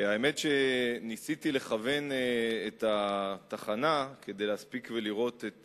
האמת היא שניסיתי לכוון את התחנה כדי להספיק ולראות את